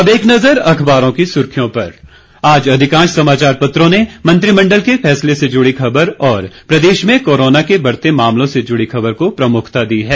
अब एक नजर अखबारों की सुर्खियों पर आज अधिकांश समाचार पत्रों ने मंत्रिमंडल के फैसले से जुड़ी खबर और प्रदेश में कोरोना के बढ़ते मामलों से जुड़ी खबर को प्रमुखता दी है